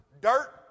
dirt